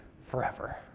forever